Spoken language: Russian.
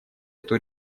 эту